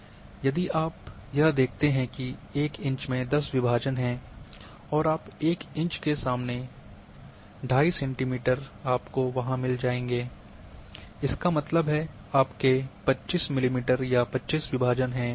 यदि आप यह देखते हैं कि एक इंच में 10 विभाजन हैं और आप एक इंच के सामने 25 सेंटीमीटर वहाँ मिल जाएगा इसका मतलब है आपके 25 मिलीमीटर या 25 विभाजन हैं